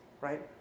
right